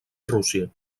rússia